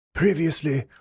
Previously